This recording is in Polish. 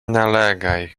nalegaj